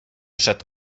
przed